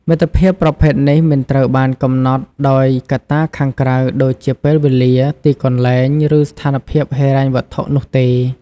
មិត្តភាពប្រភេទនេះមិនត្រូវបានកំណត់ដោយកត្តាខាងក្រៅដូចជាពេលវេលា ទីកន្លែង ឬស្ថានភាពហិរញ្ញវត្ថុនោះទេ។